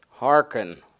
Hearken